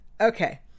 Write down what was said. Okay